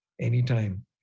anytime